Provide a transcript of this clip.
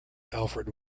alfred